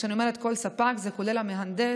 וכשאני אומרת "כל ספק" זה כולל המהנדס,